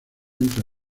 entre